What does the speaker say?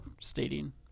stating